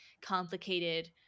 complicated